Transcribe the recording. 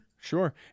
sure